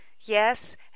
yes